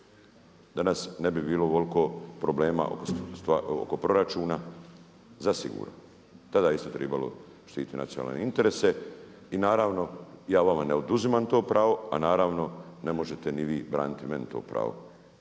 danas ne bi bilo ovoliko problema oko proračuna zasigurno. Tada je isto trebalo štititi nacionalne interese i naravno ja vama ne oduzimam to pravo a naravno ne možete ni vi braniti meni to pravo da